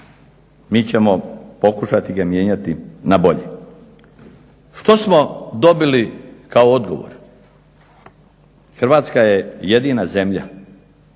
mi ćemo pokušati ga mijenjati na bolje. Što smo dobili kao odgovor? Hrvatska je jedina zemlja.